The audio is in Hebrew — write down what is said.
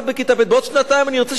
בעוד שנתיים אני ארצה שהיא תשתמש בה,